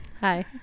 hi